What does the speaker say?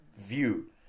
view